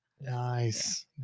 nice